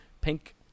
Pink